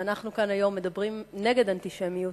ואנחנו כאן היום מדברים נגד אנטישמיות.